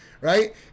right